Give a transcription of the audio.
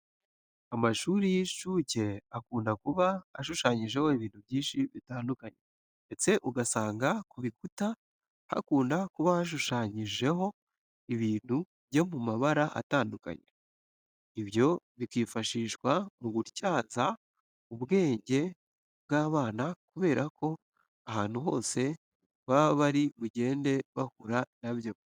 Amashuri y'inshuke akunda kuba ashushanyijeho ibintu byinshi bitandukanye, ndetse ugasanga ku bikuta hakunda kuba hashushanyijeho ibintu byo mu mabara atandukanye, ibyo bikifashishwa mu gutyaza ubwenge bw'abana kubera ko ahantu hose baba bari bugende bahura na byo.